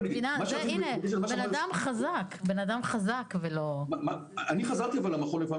הנה, הוא אדם חזק והוא לא פנה.